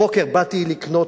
הבוקר באתי לקנות